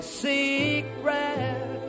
secret